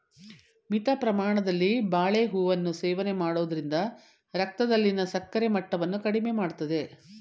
ಮಿತ ಪ್ರಮಾಣದಲ್ಲಿ ಬಾಳೆಹೂವನ್ನು ಸೇವನೆ ಮಾಡೋದ್ರಿಂದ ರಕ್ತದಲ್ಲಿನ ಸಕ್ಕರೆ ಮಟ್ಟವನ್ನ ಕಡಿಮೆ ಮಾಡ್ತದೆ